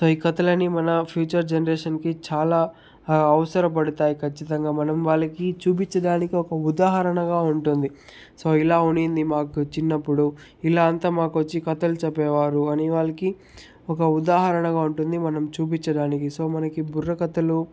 so ఈ కథలన్నీ మన ఫ్యూచర్ జనరేషన్కి చాలా అవసరపడతాయి ఖచ్చితంగా మనం వాళ్ళకి చూపించడానికి ఒక ఉదాహరణగా ఉంటుంది సో ఇలా ఉన్నింది మాకు చిన్నప్పుడు ఇలా అంతా మాకొచ్చి కథలు చెప్పేవారు అని వాళ్ళకి ఒక ఉదాహరణగా ఉంటుంది మనం చూపించడానికి సో మనకి బుర్రకథలు